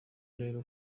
rero